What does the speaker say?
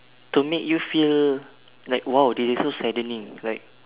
to make you feel like !wow! that it's so saddening like